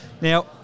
Now